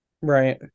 Right